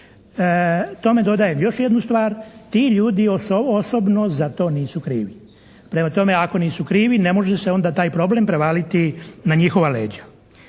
Tome dodajem još jednu stvar, ti ljudi osobno za to nisu krivi. Prema tome, ako nisu krivi ne može se onda taj problem prevaliti na njihova leđa.